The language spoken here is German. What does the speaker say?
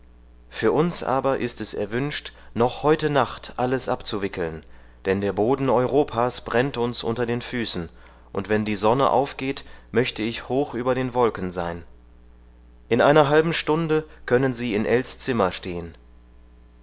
für uns aber ist es erwünscht noch heute nacht alles abzuwickeln denn der boden europas brennt uns unter den füßen und wenn die sonne aufgeht möchte ich hoch über den wolken sein in einer halben stunde können sie in ells zimmer stehen